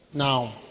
Now